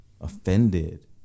offended